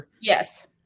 yes